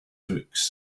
books